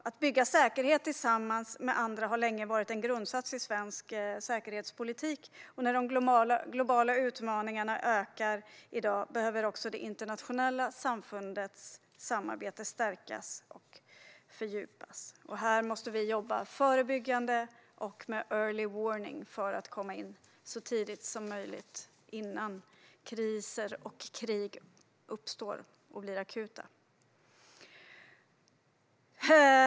Att bygga säkerhet tillsammans med andra har länge varit en grundsats i svensk säkerhetspolitik, och i dag när de globala utmaningarna ökar behöver det internationella samfundets samarbete stärkas och fördjupas. Här måste vi jobba förebyggande och med early warning för att komma in så tidigt som möjligt, innan kriser och krig uppstår och blir akuta.